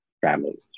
families